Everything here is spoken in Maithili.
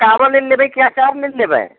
पकाबऽ लेल लेबै कि अचार लेल लेबै